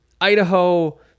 Idaho